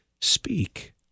speak